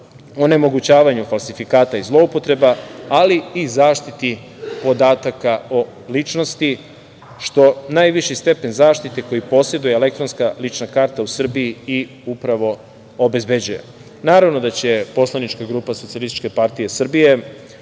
onemogućavanju falsifikata i zloupotreba, ali i zaštiti podataka o ličnosti, što najviši stepen zaštite koji poseduje elektronska lična karta u Srbiji upravo obezbeđuje. Naravno da će poslanička grupa Socijalističke partije Srbije